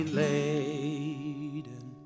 laden